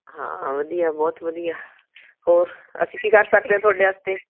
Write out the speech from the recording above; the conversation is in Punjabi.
ਹਾਂ ਵਧੀਆ ਬਹੁਤ ਵਧੀਆ ਹੋਰ ਅਸੀਂ ਕੀ ਕਰ ਸਕਦੇ ਹਾਂ ਤੁਹਾਡੇ ਵਾਸਤੇ